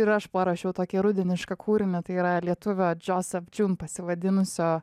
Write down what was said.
ir aš paruošiau tokį rudenišką kūrinį tai yra lietuvio joseph jum pasivadinusio